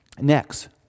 Next